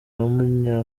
umunya